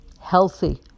healthy